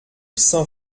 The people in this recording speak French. saint